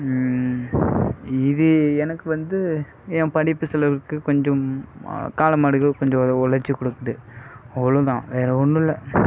இது எனக்கு வந்து என் படிப்பு செலவுக்கு கொஞ்சம் காளை மாடுகள் கொஞ்சம் ஒழைச்சி கொடுக்குது அவ்வளோதான் வேற ஒன்றும் இல்லை